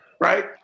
right